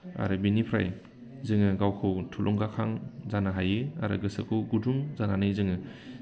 आरो बेनिफ्राय जोङो गावखौ थुलुंगाखां जानो हायो आरो गोसोखौ गुदुं जानानै जोङो